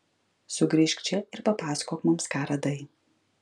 sugrįžk čia ir papasakok mums ką radai